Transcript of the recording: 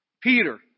Peter